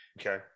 okay